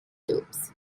dobbs